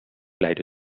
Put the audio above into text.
leide